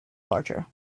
larger